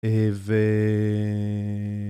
ו...